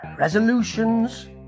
resolutions